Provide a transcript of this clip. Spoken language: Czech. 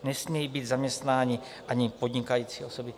Nesmějí být zaměstnáni ani podnikající osoby.